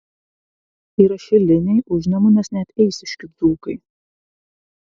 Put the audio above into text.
yra šiliniai užnemunės net eišiškių dzūkai